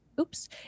oops